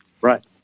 Right